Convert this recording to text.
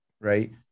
right